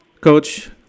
Coach